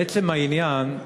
לעצם העניין,